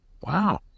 Wow